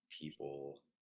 people